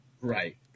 Right